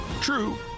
True